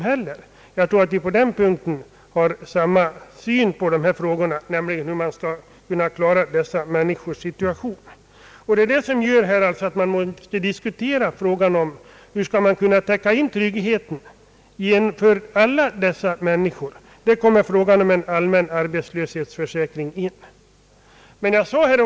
På denna punkt tror jag att vi har samma syn på hur man skall klara dessa människors situation. Det är det som gör att vi måste diskutera hur man skall kunna skapa trygghet för alla människor. Där kommer frågan om en allmän arbetslöshetsförsäkring in i bilden.